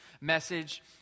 message